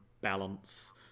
Balance